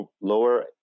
lower